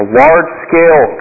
large-scale